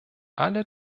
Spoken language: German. alle